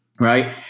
right